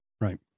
right